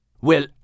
Well